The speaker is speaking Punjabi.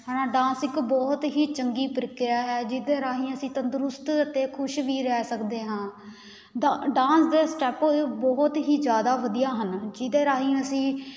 ਹੈ ਨਾ ਡਾਂਸ ਇੱਕ ਬਹੁਤ ਹੀ ਚੰਗੀ ਪ੍ਰਕਿਰਿਆ ਹੈ ਜਿਹਦੇ ਰਾਹੀਂ ਅਸੀਂ ਤੰਦਰੁਸਤ ਅਤੇ ਖੁਸ਼ ਵੀ ਰਹਿ ਸਕਦੇ ਹਾਂ ਡਾ ਡਾਂਸ ਦੇ ਸਟੈਪ ਬਹੁਤ ਹੀ ਜ਼ਿਆਦਾ ਵਧੀਆ ਹਨ ਜਿਹਦੇ ਰਾਹੀਂ ਅਸੀਂ